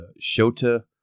Shota